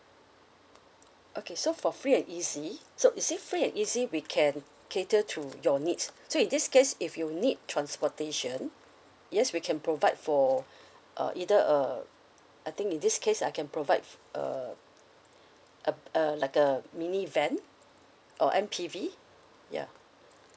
okay so for free and easy so is it free and easy we can cater to your needs so in this case if you need transportation yes we can provide for uh either a I think in this case I can provide a a a like a mini van or M_P_V ya